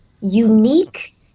unique